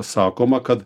sakoma kad